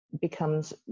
becomes